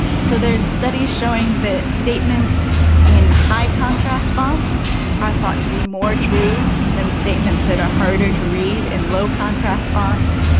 so there are studies showing that statements in high contrast fonts are thought to be more true than statements that are harder to read in low contrast fonts,